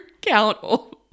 Count